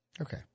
Okay